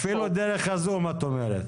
אפילו דרך הזום, את אומרת.